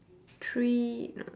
three no